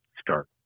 start